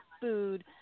food